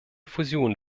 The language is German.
fusionen